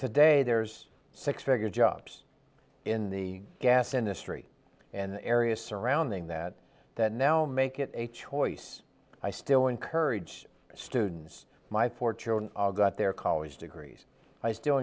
today there's six figure jobs in the gas industry and areas surrounding that that now make it a choice i still encourage students my four children are got their college degrees i still